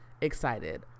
excited